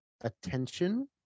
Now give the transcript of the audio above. attention